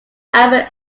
albert